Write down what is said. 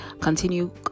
continue